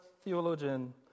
theologian